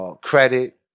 credit